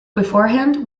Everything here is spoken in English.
beforehand